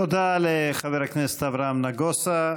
תודה לחבר הכנסת נגוסה.